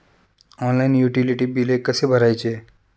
Online utility बिले कसे भरायचे?